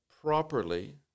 properly